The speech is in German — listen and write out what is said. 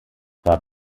war